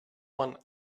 one